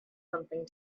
something